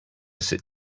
sit